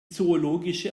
zoologische